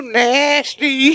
nasty